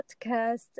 podcast